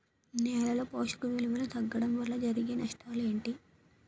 నేలలో పోషక విలువలు తగ్గడం వల్ల జరిగే నష్టాలేంటి?